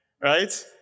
right